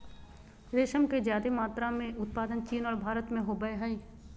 रेशम के ज्यादे मात्रा में उत्पादन चीन और भारत में होबय हइ